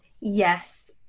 Yes